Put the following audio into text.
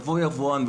יבוא יבואן,